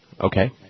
Okay